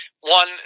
one